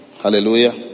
Hallelujah